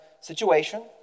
situation